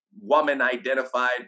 woman-identified